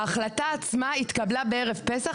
ההחלטה עצמה התקבלה בערב פסח,